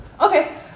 Okay